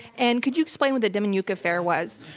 and could you explain with the demjanjuk affair was?